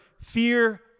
Fear